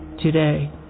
today